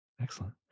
Excellent